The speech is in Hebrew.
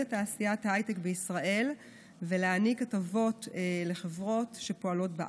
את תעשיית ההייטק בישראל ולהעניק הטבות לחברות שפועלות בארץ.